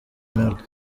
ronaldo